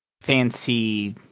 fancy